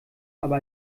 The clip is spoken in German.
aber